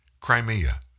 Crimea